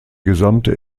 gesamte